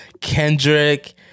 Kendrick